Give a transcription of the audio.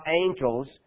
angels